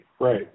right